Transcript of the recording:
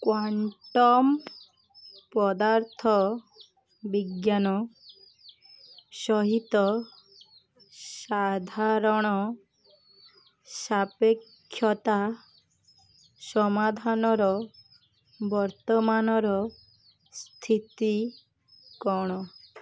quantum ପଦାର୍ଥ ବିଜ୍ଞାନ ସହିତ ସାଧାରଣ ସାପେକ୍ଷତା ସମାଧାନର ବର୍ତ୍ତମାନର ସ୍ଥିତି କ'ଣ